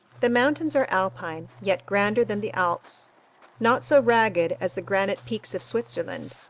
the mountains are alpine, yet grander than the alps not so ragged as the granite peaks of switzerland,